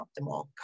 optimal